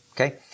okay